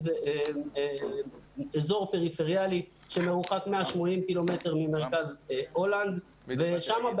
באזור פריפריאלי שמרוחק 180 ק"מ ממרכז הולנד ושם,